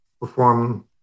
perform